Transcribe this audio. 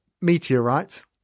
Meteorite